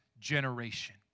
generation